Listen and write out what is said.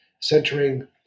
centering